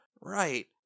Right